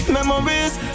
Memories